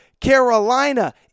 Carolina